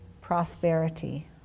prosperity